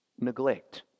Neglect